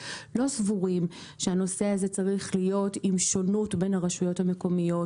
אנחנו לא סבורים שבנושא הזה צריכה להיות שונות בין הרשויות המקומיות,